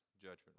judgment